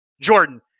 Jordan